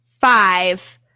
five